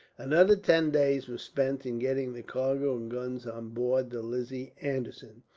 another ten days were spent in getting the cargo and guns on board the lizzie anderson,